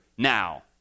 Now